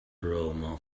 aroma